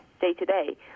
day-to-day